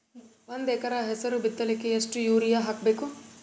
ಒಂದ್ ಎಕರ ಹೆಸರು ಬಿತ್ತಲಿಕ ಎಷ್ಟು ಯೂರಿಯ ಹಾಕಬೇಕು?